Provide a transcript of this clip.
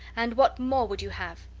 and what more would you have?